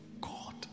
God